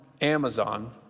Amazon